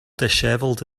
dishevelled